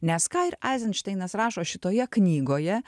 nes ką ir azenšteinas rašo šitoje knygoje